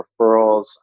referrals